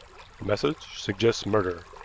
the message suggests murder.